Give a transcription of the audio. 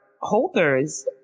Holders